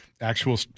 actual